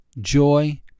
joy